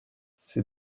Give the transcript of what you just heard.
ces